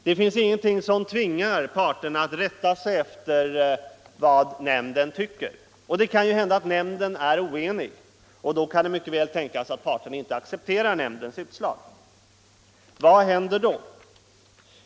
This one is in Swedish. Det finns ingenting som tvingar parterna att rätta sig efter vad nämnden tycker. Det kan ju hända att nämnden är oenig, och i så fall kan det mycket väl tänkas att parterna inte accepterar nämndens utslag. Vad händer då?